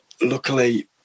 luckily